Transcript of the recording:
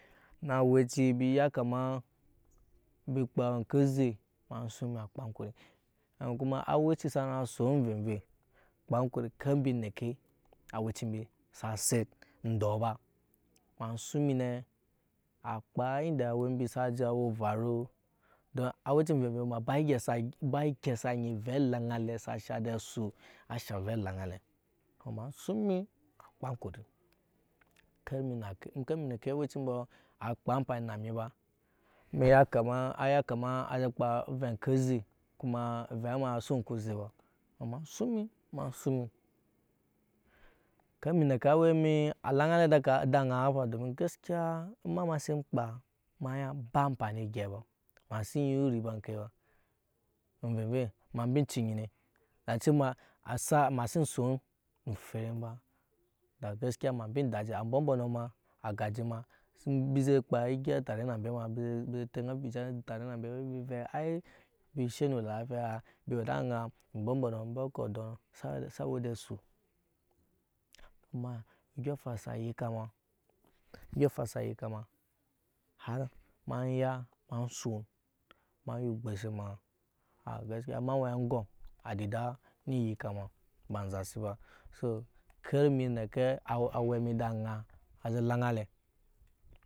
Na awɛ ci embi yan kama embi ya kama embi kpaa oŋke oze ema suŋ emi akpaa and kuma awɛci saŋa sun amveve kpaa ker mbi neke sa set endɔɔ b ema suŋ emi akpaa ende mwe mbi sa je awa evaru don awɛce anvevei ba sa nyi ovɛ elaŋa alɛ sa haŋ. a haŋ ovɛ elaŋa alɛ ma neke aɛ ci ambe a kpaa amfani na mi ba a ya aje kpaa ovɛ oŋke oze kuma ovɛ na ovɛ suwe ŋke oze ba so ema sŋ emi ma suŋ mi ker emi neke awɛ wmi laŋa alɛ eda aŋ a afa domin gaskiya ema ma sin kpaa ma ya ba ampani egyɛi ba ema si ya oriba eŋyi ba amvevei ciii enyi ne da ce ma ema si un oferem ba da gaskiya ema min da iji ambømbɔnɔ ma agaje mbi teŋa ebirija tare na mbe embi vɛ ai embi si we nu lafiya mbi we eda aŋa ambɔ mbɔnɔ embe kɔ edɔɔ nɔ sa we eda asu amma odyoŋ sa yika ma ema ya ema son ma ya ema ya obgose ma aa gaskiya ema we na aŋgɔm adida ne yika ba nzasi ba so ker emi neke awɛ emi eda aŋa aje laŋa alɛ.